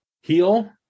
heal